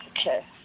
Okay